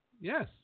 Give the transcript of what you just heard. yes